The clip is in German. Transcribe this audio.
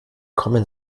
kommen